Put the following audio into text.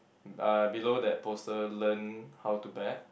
uh below that poster learn how to bet